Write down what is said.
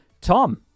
Tom